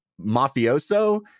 mafioso